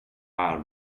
här